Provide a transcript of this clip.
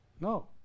No